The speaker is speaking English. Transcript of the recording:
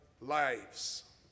lives